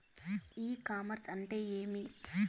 ఇ commerce అంటే ఏమి?